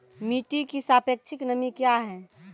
मिटी की सापेक्षिक नमी कया हैं?